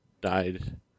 died